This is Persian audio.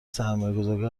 سرمایهگذارهای